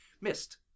missed